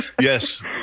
yes